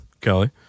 Kelly